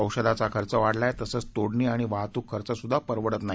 औषधांचा खर्च वाढलाय तसंच तोडणी आणि वाहतूक खर्च सुद्धा परवडत नाही